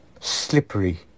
slippery